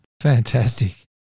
fantastic